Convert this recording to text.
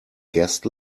guest